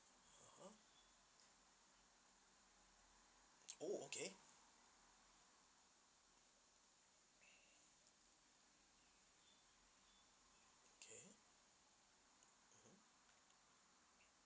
(uh huh) oh okay okay (uh huh)